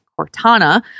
Cortana